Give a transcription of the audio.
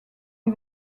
les